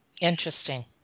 Interesting